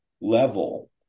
level